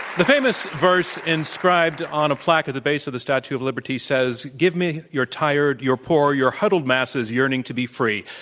the famous verse inscribed on a plaque at the base of the statue of liberty says give me your tired, your poor, your huddled masses yearning to be free.